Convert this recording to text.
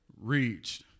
reached